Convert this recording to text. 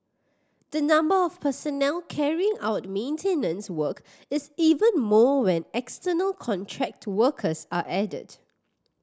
the number of personnel carrying out maintenance work is even more when external contract workers are added